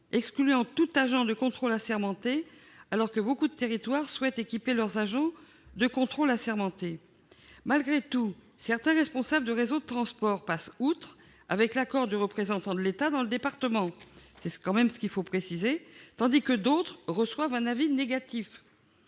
excluant ainsi tout agent de contrôle assermenté, alors que beaucoup de territoires souhaitent équiper leurs agents de contrôle assermentés. Malgré tout, certains responsables de réseaux de transport passent outre, avec l'accord du représentant de l'État dans le département- il faut quand même le préciser -, tandis que d'autres reçoivent un avis négatif.